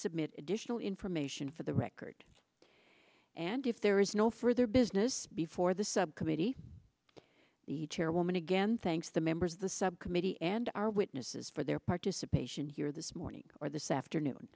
submit additional information for the record and if there is no further business before the subcommittee the chairwoman again thanks to the members of the subcommittee and our witnesses for their participation here this morning or this afternoon